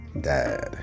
Dad